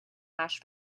hash